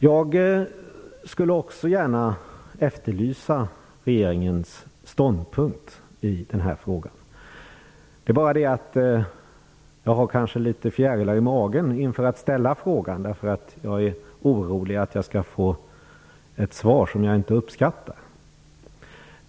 Jag skulle också gärna vilja efterlysa regeringens ståndpunkt i den här frågan. Det är bara det att jag kanske litet grand har fjärilar i magen inför att ställa frågan, därför att jag är orolig för att jag får ett svar som jag inte uppskattar.